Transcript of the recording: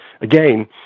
again